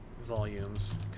volumes